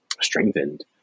strengthened